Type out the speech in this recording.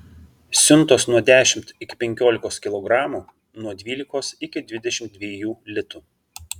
siuntos nuo dešimt iki penkiolikos kilogramų nuo dvylikos iki dvidešimt dviejų litų